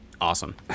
awesome